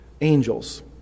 angels